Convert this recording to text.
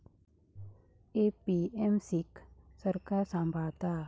APMC क सरकार सांभाळता